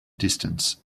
distance